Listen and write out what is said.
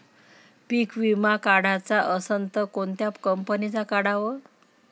पीक विमा काढाचा असन त कोनत्या कंपनीचा काढाव?